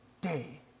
day